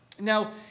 Now